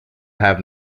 have